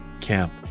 camp